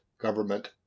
government